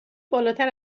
بالاتر